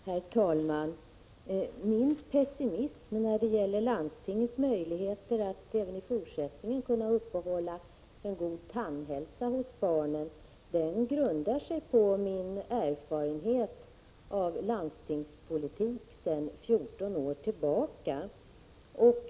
Herr talman! Min pessimism när det gäller landstingets möjligheter att även i fortsättningen kunna upprätthålla en god tandhälsa hos barn grundar sig på min 14 år långa erfarenhet av landstingspolitik.